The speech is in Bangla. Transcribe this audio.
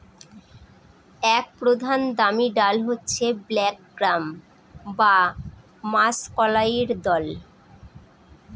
এক প্রধান দামি ডাল হচ্ছে ব্ল্যাক গ্রাম বা মাষকলাইর দল